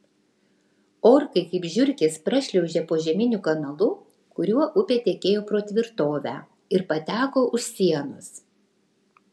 orkai kaip žiurkės prašliaužė požeminiu kanalu kuriuo upė tekėjo pro tvirtovę ir pateko už sienos